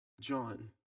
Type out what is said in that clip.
John